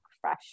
fresh